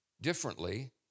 differently